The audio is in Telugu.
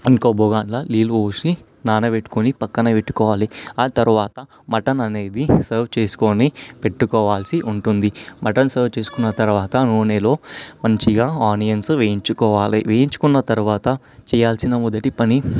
ఇంకో బగోనిలో నీళ్ళు పోసి నానబెట్టుకొని పక్కన పెట్టుకోవాలి ఆ తరువాత మటన్ అనేది సర్వ్ చేసుకొని పెట్టుకోవాల్సి ఉంటుంది మటన్ సర్వ్ చేసుకొన్న తరువాత నూనెలో మంచిగా ఆనియన్స్ వేయించుకోవాలి వేయించుకున్న తరువాత చేయాల్సిన మొదటి పని